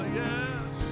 yes